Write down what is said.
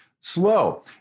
slow